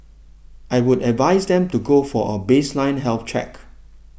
I would advise them to go for a baseline health check